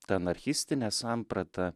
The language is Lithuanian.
ta anarchistine samprata